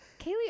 Kaylee